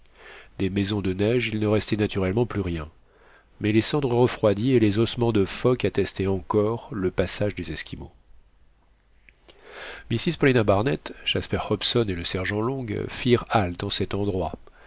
des maisons de neige il ne restait naturellement plus rien mais les cendres refroidies et les ossements de phoques attestaient encore le passage des esquimaux mrs paulina barnett jasper hobson et le sergent long firent halte en cet endroit